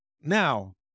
now